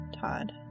Todd